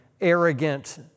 arrogant